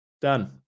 Done